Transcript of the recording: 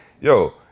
yo